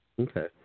Okay